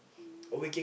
!woo!